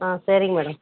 ஆ சரிங்க மேடம்